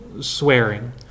swearing